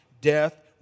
death